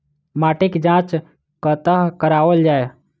माटिक जाँच कतह कराओल जाए?